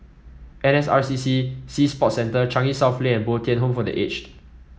N S R C C Sea Sports Centre Changi South Lane and Bo Tien Home for The Aged